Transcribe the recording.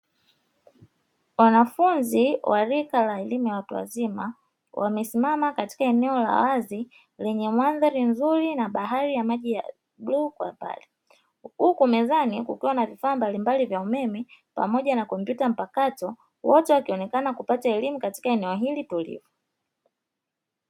Wanafunzi wa rika la elimu ya watu wazima wamesimama katika eneo la wazi lenye mandhari nzuri na bahari ya maji ya bluu kwa mbali huku mezani kukiwa na vifaa mbalimbali vya umeme pamoja na kompyuta mpakato wote wakionekana kupata elimu katika eneo hili tulivu.